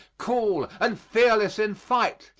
cool and fearless in fight.